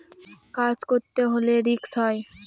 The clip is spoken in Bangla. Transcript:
কাজ করতে হলে রিস্ক হয়